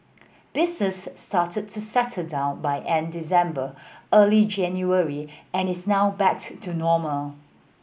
business started to settle down by end December early January and is now back to normal